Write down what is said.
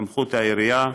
סמכות העירייה.